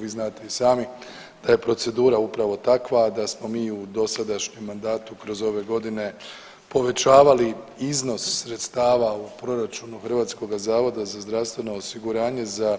Vi znate i sami da je procedura upravo takva da smo mi u dosadašnjem mandatu kroz ove godine povećavali iznos sredstava u proračunu Hrvatskoga zavoda za zdravstveno osiguranje za